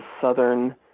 southern